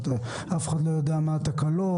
אף אחד לא יודע מה התקלות,